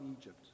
Egypt